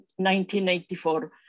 1984